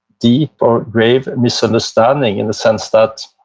deep, or grave misunderstanding in the sense that,